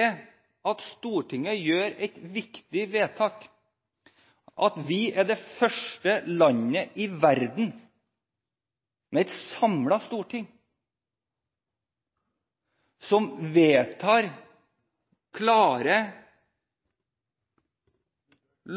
er at Stortinget gjør et viktig vedtak, at vi er det første landet i verden med et samlet storting som vedtar klare